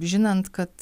žinant kad